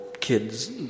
kids